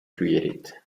created